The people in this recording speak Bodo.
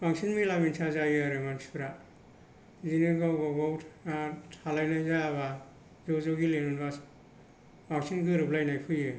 बांसिन मिला मिसा जायो आरो मानसिफ्रा बिदिनो गावबा गाव थालायनाय जाबा ज' ज' गेलेबा बांसिन गोरोबलायनाय फैयो